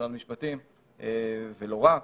משרד המשפטים ולא רק,